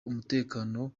umutekano